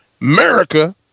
America